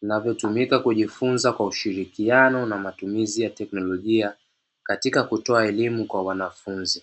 vinavyotumika kujifunza kwa ushirikiano na matumizi ya teknolojia katika kutoa elimu kwa wanafunzi.